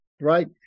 right